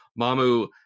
Mamu